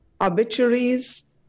Obituaries